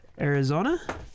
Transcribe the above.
Arizona